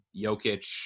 Jokic